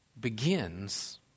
begins